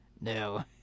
no